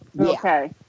Okay